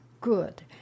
Good